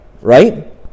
right